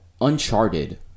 Uncharted